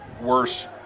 worse